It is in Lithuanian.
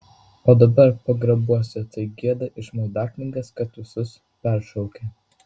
o dabar pagrabuose taip gieda iš maldaknygės kad visus peršaukia